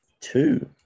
two